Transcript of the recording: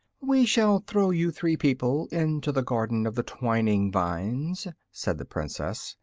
we shall throw you three people into the garden of the twining vines, said the princess,